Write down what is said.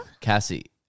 Cassie